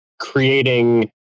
creating